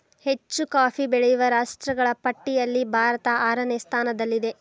ಹೆಚ್ಚು ಕಾಫಿ ಬೆಳೆಯುವ ರಾಷ್ಟ್ರಗಳ ಪಟ್ಟಿಯಲ್ಲಿ ಭಾರತ ಆರನೇ ಸ್ಥಾನದಲ್ಲಿದೆ